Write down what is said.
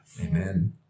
Amen